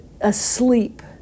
asleep